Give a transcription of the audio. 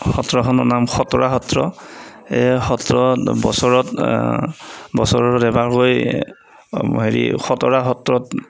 সত্ৰখনৰ নাম খটৰা সত্ৰ এই সত্ৰত বছৰত বছৰত এবাৰকৈ হেৰি খটৰা সত্ৰত